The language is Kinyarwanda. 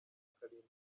kalimba